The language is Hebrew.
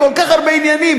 בכל כך הרבה עניינים,